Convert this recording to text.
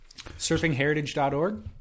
Surfingheritage.org